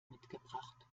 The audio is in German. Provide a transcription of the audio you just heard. mitgebracht